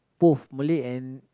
both Malay and